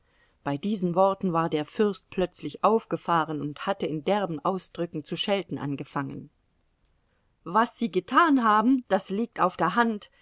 bei diesen worten war der fürst plötzlich aufgefahren und hatte in derben ausdrücken zu schelten angefangen was sie getan haben das liegt auf der hand